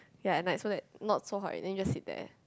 ya at night so that not so hot already then you just sit there